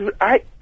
I-